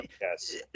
yes